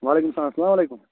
وَعلیکُم سَلام سَلام علیکُم